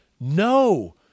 no